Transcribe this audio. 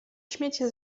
śmiecie